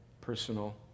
personal